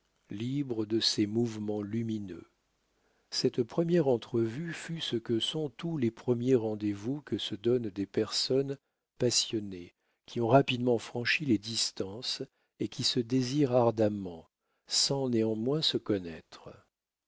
libre de ses mouvements lumineux cette première entrevue fut ce que sont tous les premiers rendez-vous que se donnent des personnes passionnées qui ont rapidement franchi les distances et qui se désirent ardemment sans néanmoins se connaître